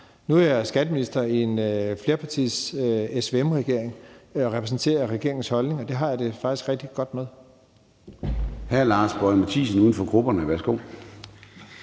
Nu er jeg skatteminister i en flerpartiregering, SVM-regeringen, og jeg repræsenterer regeringens holdning, og det har jeg det faktisk rigtig godt med.